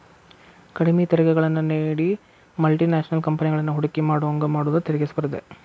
ಕಡ್ಮಿ ತೆರಿಗೆಗಳನ್ನ ನೇಡಿ ಮಲ್ಟಿ ನ್ಯಾಷನಲ್ ಕಂಪೆನಿಗಳನ್ನ ಹೂಡಕಿ ಮಾಡೋಂಗ ಮಾಡುದ ತೆರಿಗಿ ಸ್ಪರ್ಧೆ